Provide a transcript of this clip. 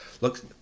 look